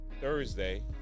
Thursday